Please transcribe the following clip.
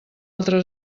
altra